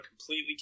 completely